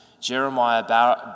Jeremiah